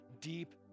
deep